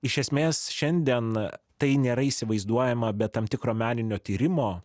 iš esmės šiandien tai nėra įsivaizduojama be tam tikro meninio tyrimo